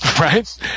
Right